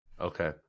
Okay